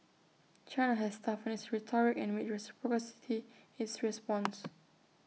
China has toughened its rhetoric and made reciprocity its response